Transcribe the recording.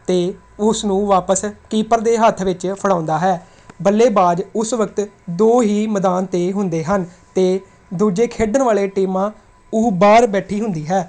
ਅਤੇ ਉਸ ਨੂੰ ਵਾਪਸ ਕੀਪਰ ਦੇ ਹੱਥ ਵਿੱਚ ਫੜਾਉਂਦਾ ਹੈ ਬੱਲੇਬਾਜ਼ ਉਸ ਵਕਤ ਦੋ ਹੀ ਮੈਦਾਨ 'ਤੇ ਹੁੰਦੇ ਹਨ ਅਤੇ ਦੂਜੇ ਖੇਡਣ ਵਾਲੇ ਟੀਮਾਂ ਉਹ ਬਾਹਰ ਬੈਠੀ ਹੁੰਦੀ ਹੈ